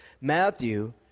Matthew